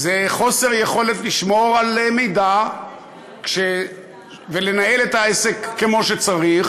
זה חוסר יכולת לשמור על מידע ולנהל את העסק כמו שצריך,